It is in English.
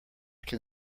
can